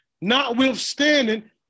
Notwithstanding